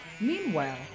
Meanwhile